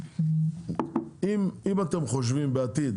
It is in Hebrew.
אם אתם חושבים בעתיד